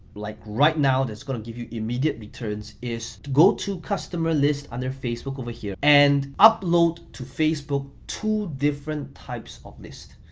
like right now that's gonna give you immediate returns is to go to customer list and their facebook over here and upload to facebook, two different types of list.